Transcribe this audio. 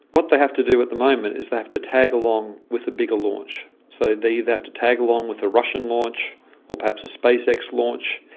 what they have to do at the moment is they have to tag along with a bigger launch. so they either have to tag along with a russian launch or perhaps a spacex launch,